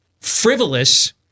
Frivolous